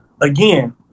Again